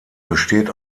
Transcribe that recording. besteht